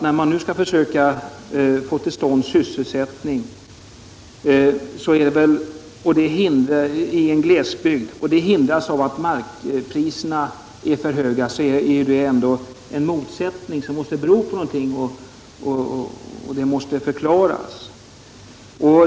När man nu försöker skapa sysselsättningstillfällen i en glesbygd men försöken hindras av att markpriserna är för höga, så är det ju en motsättning som måste bero på något och som måste förklaras.